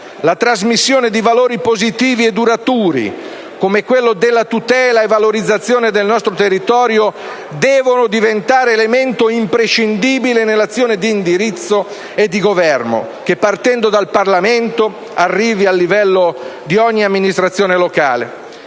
La trasmissione di valori positivi e duraturi, come quello della tutela e della valorizzazione del nostro territorio, deve diventare elemento imprescindibile nell'azione di indirizzo e di governo, che partendo dal Parlamento arrivi al livello di ogni amministrazione locale.